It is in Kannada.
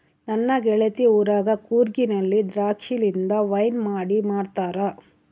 ನನ್ನ ಗೆಳತಿ ಊರಗ ಕೂರ್ಗಿನಲ್ಲಿ ದ್ರಾಕ್ಷಿಲಿಂದ ವೈನ್ ಮಾಡಿ ಮಾಡ್ತಾರ